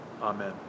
amen